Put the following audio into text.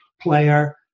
player